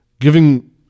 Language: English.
giving